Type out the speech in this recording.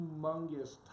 humongous